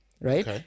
right